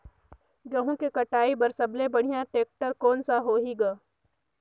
गहूं के कटाई पर सबले बढ़िया टेक्टर कोन सा होही ग?